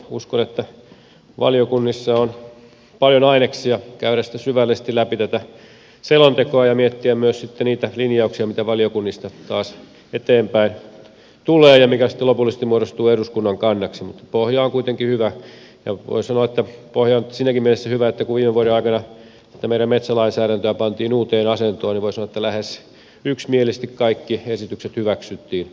uskon että valiokunnissa on paljon aineksia käydä syvällisesti läpi tätä selontekoa ja miettiä myös sitten niitä linjauksia mitä valiokunnista taas eteenpäin tulee ja sitä mikä sitten lopullisesti muodostuu eduskunnan kannaksi mutta pohja on kuitenkin hyvä ja voi sanoa että pohja on siinäkin mielessä hyvä että kun viime vuoden aikana tätä meidän metsälainsäädäntöä pantiin uuteen asentoon niin voi sanoa että lähes yksimielisesti kaikki esitykset hyväksyttiin